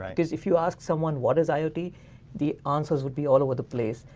um because if you ask someone, what is iot? the the answers would be all over the place.